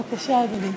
בבקשה, אדוני,